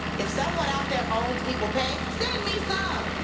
if someone out there owns equal pay, send me some.